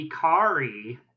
Ikari